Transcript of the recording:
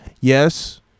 yes